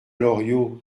loriot